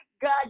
God